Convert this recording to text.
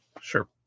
Sure